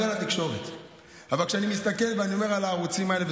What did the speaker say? ישלמו 17 מיליארד.